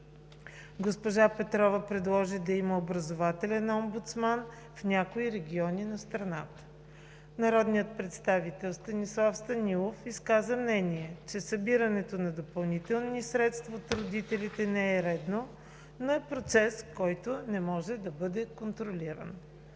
Госпожа Петрова предложи да има образователен омбудсман в някои региони на страната. Народният представител Станислав Станилов изказа мнение, че събирането на допълнителни средства от родителите не е редно, но е процес, който не може да бъде контролиран.